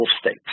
states